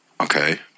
Okay